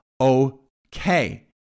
okay